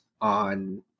on